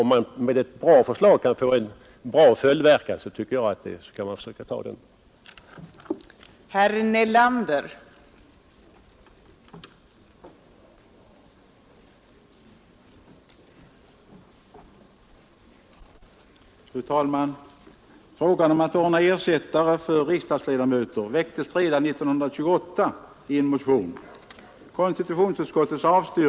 Om man med ett bra förslag kan få en bra följdverkan, tycker jag att man skall försöka genomföra det.